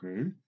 Okay